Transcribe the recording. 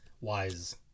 Wise